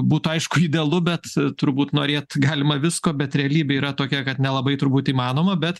būtų aišku idealu bet turbūt norėt galima visko bet realybė yra tokia kad nelabai turbūt įmanoma bet